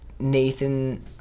nathan